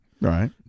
Right